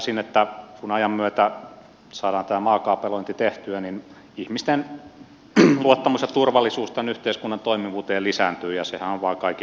väittäisin että kun ajan myötä saadaan tämä maakaapelointi tehtyä niin ihmisten luottamus ja turvallisuus tämän yhteiskunnan toimivuuteen lisääntyy ja sehän on vain kaikille eduksi